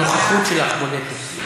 הנוכחות שלך בולטת.